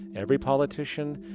every politician,